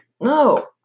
No